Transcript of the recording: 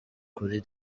kuri